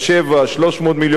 300 מיליון שקלים,